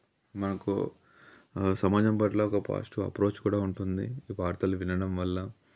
మనకు సమాజం పట్ల ఒక పాజిటివ్ అప్రోచ్ కూడా ఉంటుంది ఈ వార్తలు వినడం వల్ల